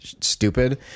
stupid